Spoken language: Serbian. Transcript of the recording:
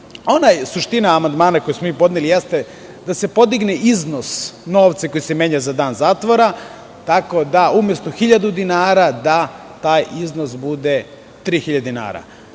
kaznu. Suština amandmana koji smo podneli jeste da se podigne iznos novca koji se menja za dan zatvora tako da umesto hiljadu dinara taj iznos bude 3 hiljade